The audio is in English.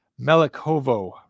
Melikovo